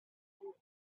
heavy